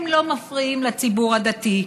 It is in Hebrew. הם לא מפריעים לציבור הדתי,